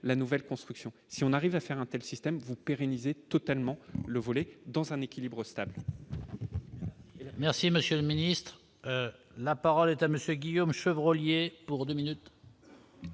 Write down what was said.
la nouvelle construction si on arrive à faire un système vous pérenniser totalement le volet dans un équilibre au stade.